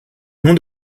nom